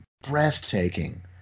breathtaking